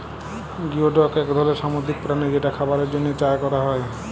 geoduck এক ধরলের সামুদ্রিক প্রাণী যেটা খাবারের জন্হে চাএ ক্যরা হ্যয়ে